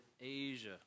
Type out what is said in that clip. Asia